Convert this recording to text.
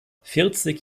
vierzig